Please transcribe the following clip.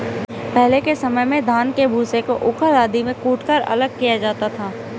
पहले के समय में धान के भूसे को ऊखल आदि में कूटकर अलग किया जाता था